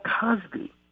Cosby